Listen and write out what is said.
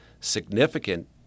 significant